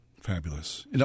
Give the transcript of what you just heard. Fabulous